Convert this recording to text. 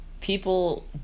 people